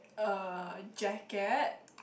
a jacket